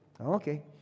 Okay